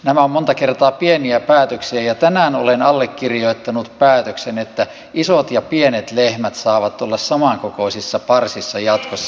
nämä ovat monta kertaa pieniä päätöksiä ja tänään olen allekirjoittanut päätöksen että isot ja pienet lehmät saavat olla samankokoisissa parsissa jatkossa